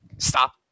stop